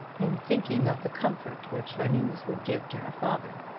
in thinking of the comfort which her news would give to her father.